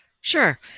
Sure